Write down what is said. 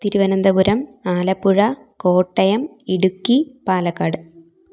Thiruvananthapuram Alappuzha Kottayam Idukki Palakkad